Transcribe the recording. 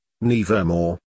Nevermore